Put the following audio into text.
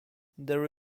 there